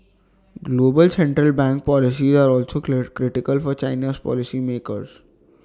global central bank policies are also clear critical for China's policy makers